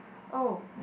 oh